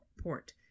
port